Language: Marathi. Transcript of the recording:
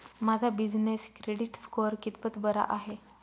माझा बिजनेस क्रेडिट स्कोअर कितपत बरा आहे?